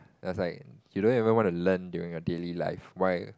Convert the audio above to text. I was like you don't even want to learn during your daily life why